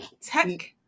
tech